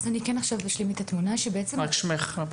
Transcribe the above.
בבקשה.